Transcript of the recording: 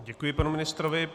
Děkuji panu ministrovi.